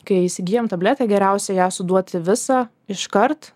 kai įsigyjam tabletę geriausia ją suduoti visą iškart